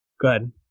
Good